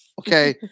Okay